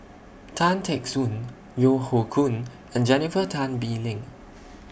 Tan Teck Soon Yeo Hoe Koon and Jennifer Tan Bee Leng